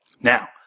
Now